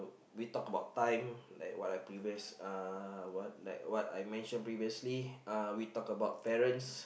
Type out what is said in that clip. we talked about time like what I previous uh what like what I mentioned previously uh we talk about parents